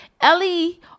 ellie